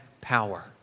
power